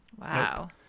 Wow